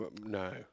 No